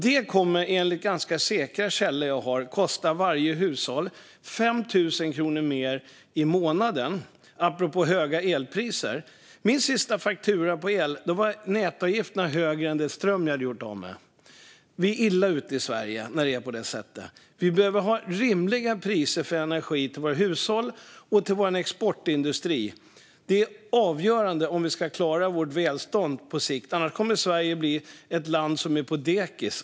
Det kommer enligt ganska säkra källor jag har att kosta varje hushåll 5 000 kronor mer i månaden - apropå höga elpriser. På min senaste faktura för el var nätavgifterna högre än kostnaden för den ström jag gjort av med. Vi är illa ute i Sverige när det är på det sättet. Vi behöver ha rimliga priser på energi för våra hushåll och för vår exportindustri. Det är avgörande om vi ska klara att behålla vårt välstånd på sikt. Annars kommer Sverige att bli ett land som är på dekis.